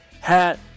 hat